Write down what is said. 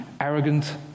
arrogant